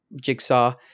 Jigsaw